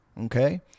Okay